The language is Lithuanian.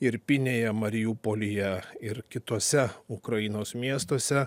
irpynėje mariupolyje ir kituose ukrainos miestuose